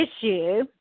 issue